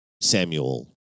Samuel